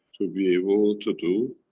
to be able to do